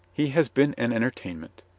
he has been an entertainment!